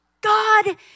God